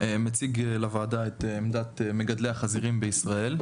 מציג לוועדה את עמדת מגדלי החזירים בישראל,